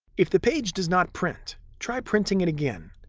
if the page does not print, try printing it again.